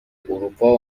اروپا